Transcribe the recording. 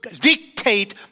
dictate